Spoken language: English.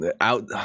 out